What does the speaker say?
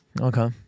Okay